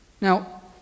Now